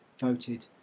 voted